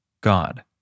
God